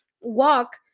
walk